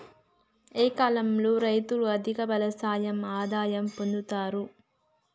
ఏ కాలం లో రైతులు అధిక ఫలసాయం ఆదాయం పొందుతరు?